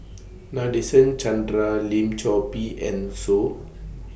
Nadasen Chandra Lim Chor Pee and Soh